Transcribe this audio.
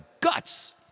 guts